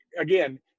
again